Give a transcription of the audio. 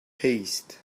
paste